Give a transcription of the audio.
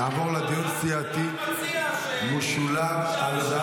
נעבור לדיון סיעתי משולב --- אני רק מציע